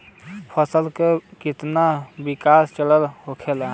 फसल के कितना विकास चरण होखेला?